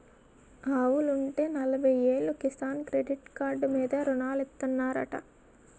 ఆవులుంటే నలబయ్యేలు Kisan credit card మీద రుణాలిత్తనారంటా